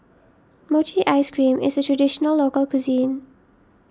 Mochi Ice Cream is a Traditional Local Cuisine